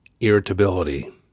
irritability